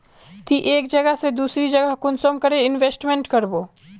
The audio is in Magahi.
ती एक जगह से दूसरा जगह कुंसम करे इन्वेस्टमेंट करबो?